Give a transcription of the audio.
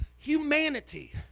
Humanity